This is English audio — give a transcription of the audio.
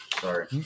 Sorry